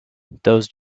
those